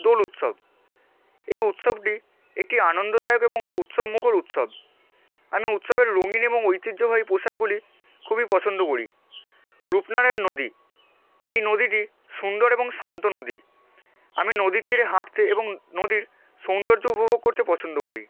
দোল উৎসব এই উৎসবটি একটি আনন্দদায়ক এবং উৎসবমুখর উৎসব আমি উৎসবের রঙিন এবং ঐতিহ্যবাহী পোশাকগুলি খুবই পছন্দ করি রূপনারায়ণ নদী এই নদীটি সুন্দর এবং শান্ত নদী আমি নদীর তীরে হাঁটতে এবং নদীর সৌন্দর্য উপভোগ করতে পছন্দ করি